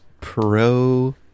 pro